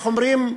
איך אומרים,